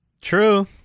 True